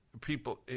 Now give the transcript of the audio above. people